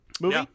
movie